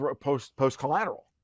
post-collateral